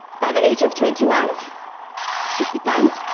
by the age of twenty one should be done